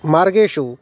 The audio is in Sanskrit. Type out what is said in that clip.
मार्गेषु